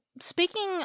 speaking